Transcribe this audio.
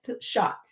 shots